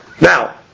Now